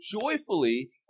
joyfully